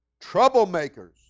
troublemakers